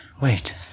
Wait